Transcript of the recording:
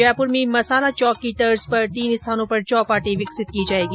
जयपुर में मसाला चौक की तर्ज पर तीन स्थानों पर चौपाटी विकसित की जायेगी